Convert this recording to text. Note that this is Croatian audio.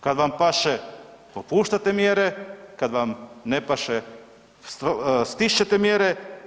Kad vam paše popuštate mjere, kad vam ne paše stišćete mjere.